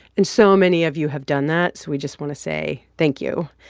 and so many of you have done that, so we just want to say thank you.